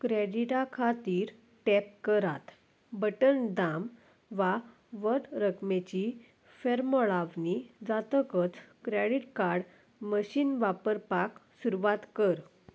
क्रॅडिटा खातीर टॅप करात बटन दाम वा वट्ट रकमेची फेरमोलावणी जातकच क्रॅडीट कार्ड मशीन वापरपाक सुरवात कर